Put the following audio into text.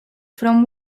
from